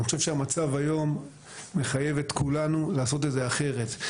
אני חושב שהמצב היום מחייב את כולנו לעשות את זה אחרת.